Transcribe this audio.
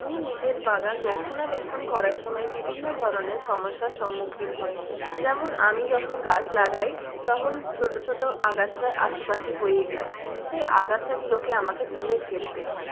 আমি নিজের বাগান রক্ষণাবেক্ষণ করার সময়ে বিভিন্ন ধরণের সমস্যার সম্মুখীন হই যেমন আমি যখন গাছ লাগাই তখন ছোটো ছোটো আগাছা আশেপাশে হয়েই যায় সেই আগাছাগুলোকে আমাকে তুলে ফেলতে হয়